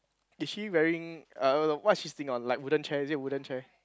is she wearing uh no no what is she sitting on like wooden chair is it wooden chair